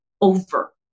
over